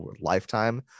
lifetime